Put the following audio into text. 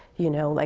you know? like,